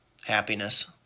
happiness